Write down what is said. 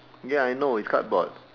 ya I know it's cardboard